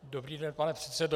Dobrý den, pane předsedo.